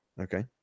Okay